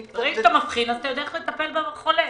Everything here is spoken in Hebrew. ברגע שאתה מבחין, אתה יודע איך לטפל בחולה.